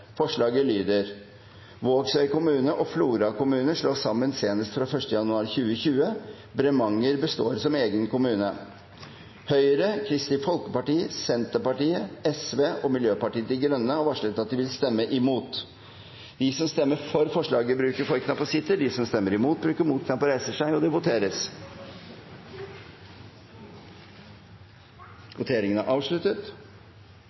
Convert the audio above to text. Forslaget lyder: «Vågsøy kommune og Flora kommune slås sammen senest fra 1. januar 2020. Bremanger består som egen kommune.» Høyre, Kristelig Folkeparti, Senterpartiet, Sosialistisk Venstreparti og Miljøpartiet De Grønne har varslet at de vil stemme imot. Det voteres over B. Under debatten er det satt fram i alt 18 forslag. Det er forslagene nr. 1–8, fra Helga Pedersen på vegne av Arbeiderpartiet, Senterpartiet og